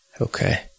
Okay